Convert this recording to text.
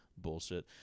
Bullshit